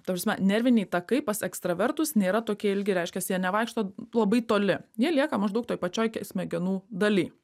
ta prasme nerviniai takai pas ekstravertus nėra tokie ilgi reiškias jie nevaikšto labai toli jie lieka maždaug toj pačioj smegenų daly